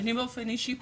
אני באופן אישי,